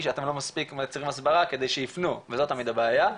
אתם לא מספיק מייצרים הסברה כדי שייפנו וזאת תמיד הבעיה.